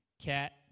cat